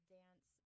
dance